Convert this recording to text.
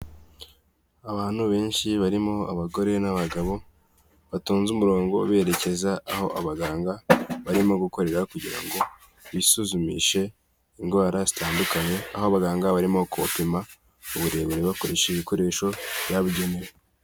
Abantu benshi barimo abagore n'abagabo batonze umurongo berekeza aho abaganga barimo gukorera kugira ngo bisuzumishe indwara zitandukanye, aho abaganga barimo kubapima uburebure bakoresha ibikoresho byabugenewe.